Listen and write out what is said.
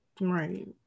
right